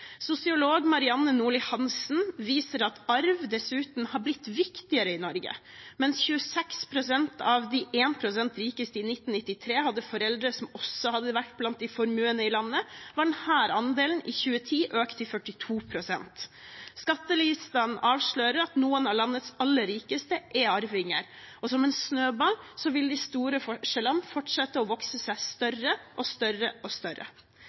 Sosiolog Marianne Nordli Hansen viser at arv dessuten er blitt viktigere i Norge. Mens 26 pst. av de 1 pst. rikeste i 1993 hadde foreldre som også hadde vært blant de formuende i landet, var denne andelen i 2010 økt til 42 pst. Skattelistene avslører at noen av landets aller rikeste er arvinger, og som en snøball vil de store forskjellene fortsette å vokse seg større og større og større.